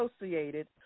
associated